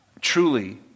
Truly